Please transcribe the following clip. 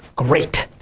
great.